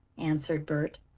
answered bert.